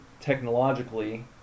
technologically